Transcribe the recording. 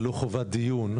ולא חובת דיון,